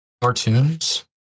cartoons